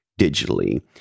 digitally